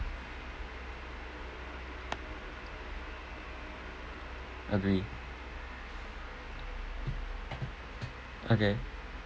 agree okay